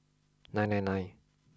nine nine nine